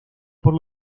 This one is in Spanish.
por